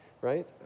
right